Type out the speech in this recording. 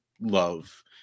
love